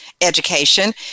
education